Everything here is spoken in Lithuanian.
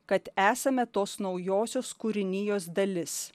kad esame tos naujosios kūrinijos dalis